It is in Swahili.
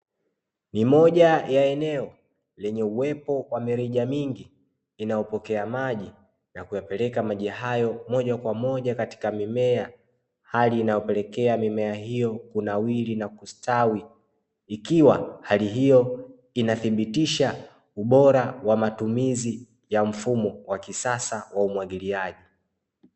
Ni moja ya eneo lenye uwepo wa mirija mingi inayopokea maji na kuyapeleka maji hayo moja kwa moja katika mimea, hali inayopelekea mimea hiyo kunawiri na kustawi ikiwa hali hiyo inathibitisha ubora wa matumizi ya mfumo wa kisasa wa umwagiliaji.